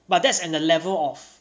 but that's at the level of